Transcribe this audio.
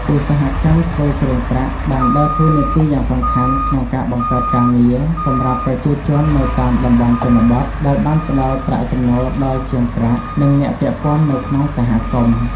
ឧស្សាហកម្មធ្វើគ្រឿងប្រាក់បានដើរតួនាទីយ៉ាងសំខាន់ក្នុងការ បង្កើតការងារ សម្រាប់ប្រជាជននៅតាមតំបន់ជនបទ ដែលបានផ្តល់ប្រាក់ចំណូលដល់ជាងប្រាក់ និងអ្នកពាក់ព័ន្ធនៅក្នុងសហគមន៍។